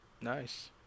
Nice